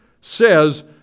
says